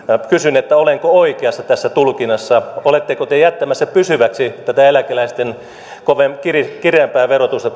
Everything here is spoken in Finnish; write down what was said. kysyn olenko oikeassa tässä tulkinnassa oletteko te jättämässä pysyväksi tätä eläkeläisten kireämpää verotusta